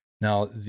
Now